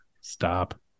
stop